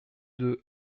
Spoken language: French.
deux